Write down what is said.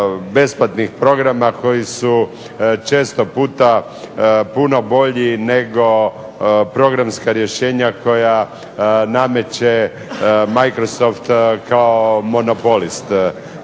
besplatnih programa koji su često puta puno bolji nego programska rješenja koja nameće Microsoft kao monopolist.